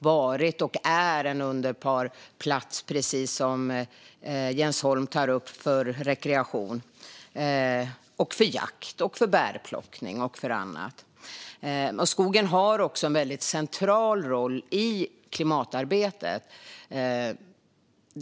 Den har varit och är, precis som Jens Holm tar upp, en underbar plats för rekreation, för jakt, för bärplockning och för annat. Skogen har en central roll i klimatarbetet.